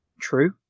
True